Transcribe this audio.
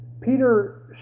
Peter